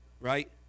Right